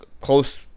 close